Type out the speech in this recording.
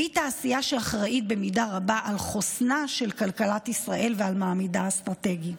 והיא תעשייה שאחראית במידה רבה לחוסנה של כלכלת ישראל ולמעמדה האסטרטגי.